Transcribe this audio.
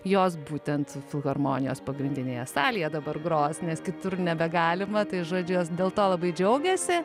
jos būtent filharmonijos pagrindinėje salėje dabar gros nes kitur nebegalima tai žodžiu jos dėl to labai džiaugėsi